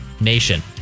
Nation